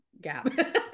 gap